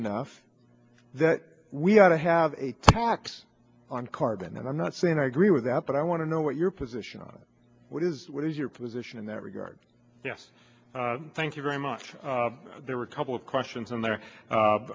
enough that we ought to have a tax on carbon and i'm not saying i agree with that but i want to know what your position on what is what is your position in that regard yes thank you very much there were a couple of questions in there